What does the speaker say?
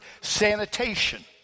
sanitation